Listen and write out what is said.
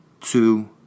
Two